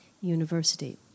University